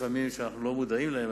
שלפעמים אנחנו לא מודעים להן,